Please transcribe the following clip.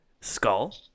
Skull